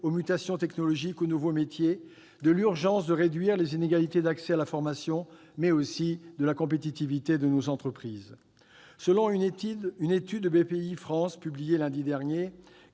aux mutations technologiques et aux nouveaux métiers, de l'urgence de réduire les inégalités d'accès à la formation, mais aussi de la compétitivité de nos entreprises. Selon une étude de Bpifrance publiée lundi dernier,